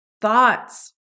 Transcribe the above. thoughts